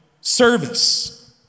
service